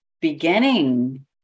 beginning